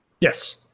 Yes